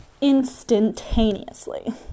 instantaneously